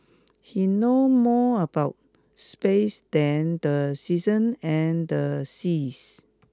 he know more about space than the seasons and the seas